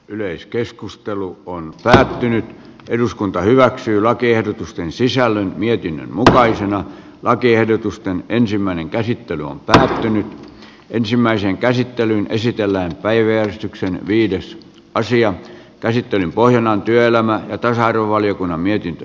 yleiskeskustelu on päättynyt eduskunta hyväksyy lakiehdotusten sisällön mietin huutaisin lakiehdotusta ensimmäinen käsittely on pysähtynyt ensimmäisen käsittelyn esitellään päiväjärjestyksen viides asian käsittelyn pohjana on työelämä ja tasa arvovaliokunnan mietintö